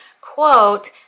quote